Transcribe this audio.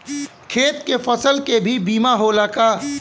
खेत के फसल के भी बीमा होला का?